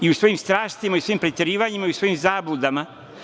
I u svojim strastima i u svojim preterivanjima i u svojim zabludama.